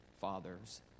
Father's